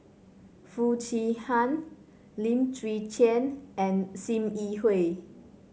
Foo Chee Han Lim Chwee Chian and Sim Yi Hui